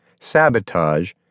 sabotage